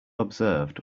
observed